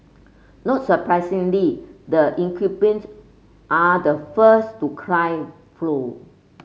not surprisingly the incumbents are the first to cry foul